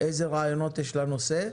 אילו רעיונות יש בנושא,